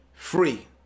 free